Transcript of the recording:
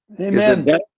Amen